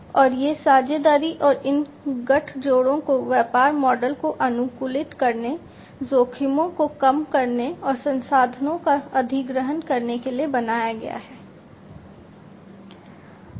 और ये साझेदारी और इन गठजोड़ों को व्यापार मॉडल को अनुकूलित करने जोखिमों को कम करने और संसाधनों का अधिग्रहण करने के लिए बनाया जाएगा